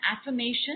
affirmation